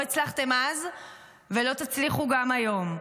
לא הצלחתם אז ולא תצליחו גם היום.